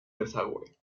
desagüe